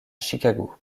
chicago